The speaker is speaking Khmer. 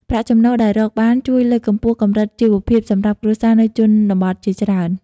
ប្រាក់ចំណូលដែលរកបាន ជួយលើកកម្ពស់កម្រិតជីវភាពសម្រាប់គ្រួសារនៅជនបទជាច្រើន។